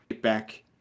back